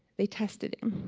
they tested him